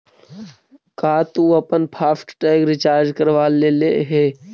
का तु अपन फास्ट टैग रिचार्ज करवा लेले हे?